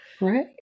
Right